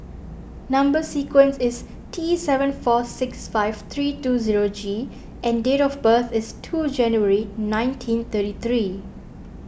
Number Sequence is T seven four six five three two zero G and date of birth is two January nineteen thirty three